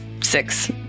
six